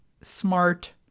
smart